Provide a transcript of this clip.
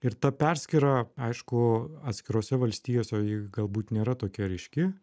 ir ta perskyra aišku atskirose valstijose ji galbūt nėra tokia ryški